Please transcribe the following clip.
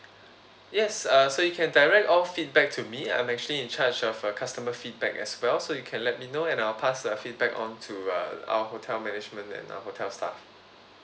yes uh you can direct all feedback to me I'm actually in charge of uh customer feedback as well so you can let me know and I'll pass uh feedback on to uh our hotel management and our hotel staff